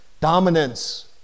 dominance